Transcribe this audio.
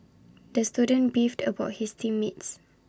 the student beefed about his team mates